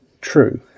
true